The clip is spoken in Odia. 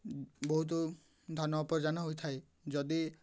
ବହୁତ ଧାନ ଉପାର୍ଜାନ ହୋଇଥାଏ ଯଦି